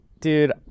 dude